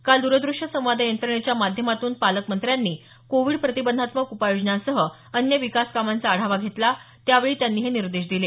काल दूरदृष्य संवाद यंत्रणेच्या माध्यमातून पालकमंत्र्यांनी कोविड प्रतिबंधात्मक उपाययोजनांसह अन्य विकास कामांचा आढावा घेतला त्यावेळी हे निर्देश दिले